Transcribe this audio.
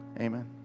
Amen